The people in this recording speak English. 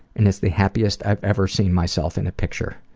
and it's the happiest i've ever seen myself in a picture.